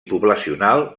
poblacional